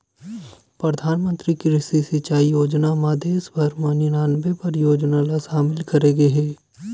परधानमंतरी कृषि सिंचई योजना म देस भर म निनानबे परियोजना ल सामिल करे गे हे